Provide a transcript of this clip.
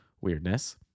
weirdness